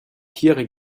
tiere